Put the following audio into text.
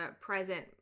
present